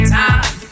time